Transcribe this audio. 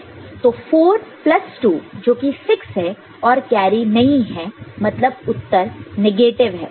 तो 4 प्लस 2 जोकि 6 है और कैरी नहीं है मतलब उत्तर नेगेटिव है